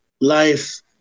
Life